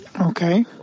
Okay